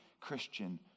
christian